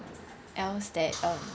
else that um